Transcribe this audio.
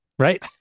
Right